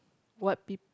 what peep